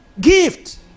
gift